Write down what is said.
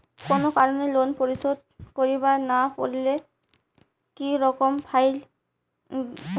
কোনো কারণে লোন পরিশোধ করিবার না পারিলে কি রকম ফাইন হবে?